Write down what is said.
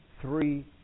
three